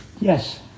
yes